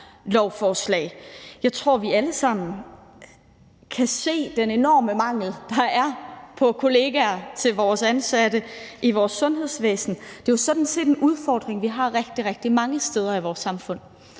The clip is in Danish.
Jeg tror, vi alle sammen kan se den enorme mangel, der er på kollegaer til vores ansatte i vores sundhedsvæsen. Det er jo sådan set en udfordring, vi har rigtig, rigtig mange steder i vores samfund,